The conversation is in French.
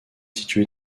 situé